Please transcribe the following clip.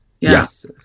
Yes